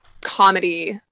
comedy